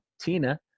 Tina